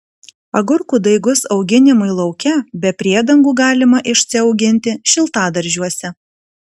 agurkų daigus auginimui lauke be priedangų galima išsiauginti šiltadaržiuose